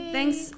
Thanks